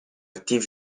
active